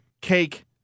cake